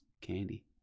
candy